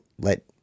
let